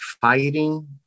fighting